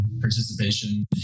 participation